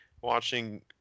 watching